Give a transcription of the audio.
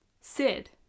Sid